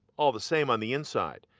all the same on the inside.